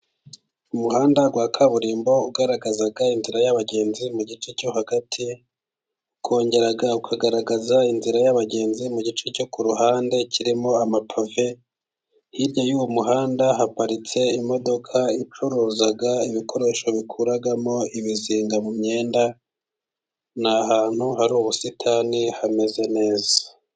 Umuhanda wa kaburimbo ugaragagaza inzira y'abagenzi, mu gice cyo hagati ukongera ukagaragaza inzira y'abagenzi mu gice cyo ku ruhande, kirimo amapave hirya y'uwo muhanda haparitse imodoka icuruza ibikoresho bikura ibizinga mu myenda, ni ahantu hari ubusitani hameze neza.